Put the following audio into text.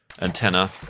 antenna